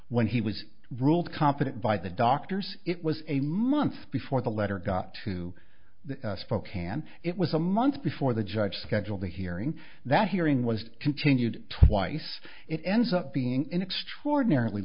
when he was ruled competent by the doctors it was a month before the letter got to the spokane it was a month before the judge scheduled a hearing that hearing was continued twice it ends up being an extraordinarily